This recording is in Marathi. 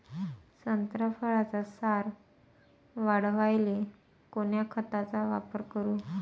संत्रा फळाचा सार वाढवायले कोन्या खताचा वापर करू?